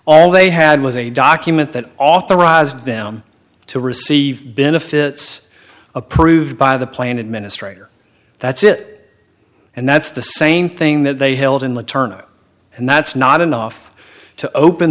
all they had was a document that authorized them to receive benefits approved by the plan administrator that's it and that's the same thing that they held in the turner and that's not enough to open